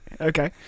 Okay